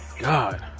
God